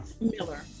miller